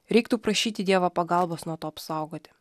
reiktų prašyti dievo pagalbos nuo to apsaugoti